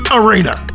arena